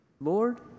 Lord